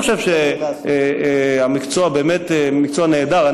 אני חושב שהמקצוע באמת מקצוע נהדר,